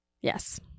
Yes